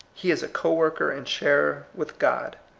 he is a co-worker and sharer with god.